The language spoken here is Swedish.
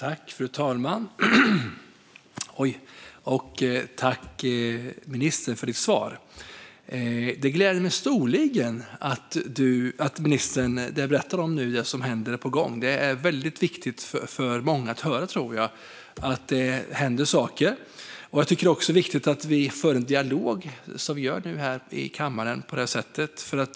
Fru talman! Tack, ministern, för svaret! Det ministern berättar om vad som är på gång gläder mig storligen. Det är viktigt för många att höra att det händer saker. Det är också viktigt att vi för en dialog, som vi nu gör i kammaren.